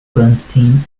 bernstein